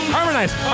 Harmonize